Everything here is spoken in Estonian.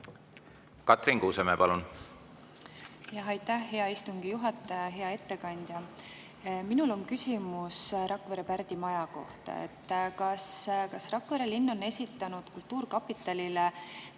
Katrin Kuusemäe, palun!